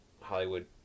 Hollywood